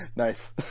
Nice